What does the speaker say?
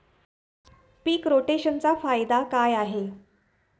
पीक रोटेशनचा फायदा काय आहे?